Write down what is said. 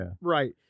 right